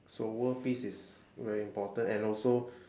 so world peace is very important and also